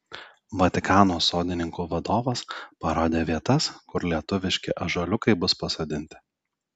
vatikano sodininkų vadovas parodė vietas kur lietuviški ąžuoliukai bus pasodinti